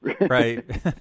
Right